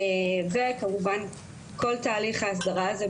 וכמובן כל תהליך ההסדרה הזה,